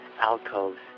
alcoves